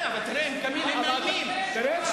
הנה, תראה, תראה, תראה.